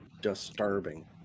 disturbing